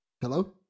Hello